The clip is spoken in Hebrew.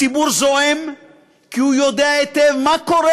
הציבור זועם כי הוא יודע היטב מה קורה